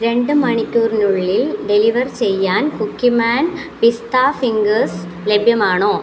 രണ്ട് മണിക്കൂറിനുള്ളിൽ ഡെലിവർ ചെയ്യാൻ കുക്കിമാൻ പിസ്ത ഫിംഗേഴ്സ് ലഭ്യമാണോ